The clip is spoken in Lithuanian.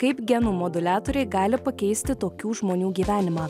kaip genų moduliatoriai gali pakeisti tokių žmonių gyvenimą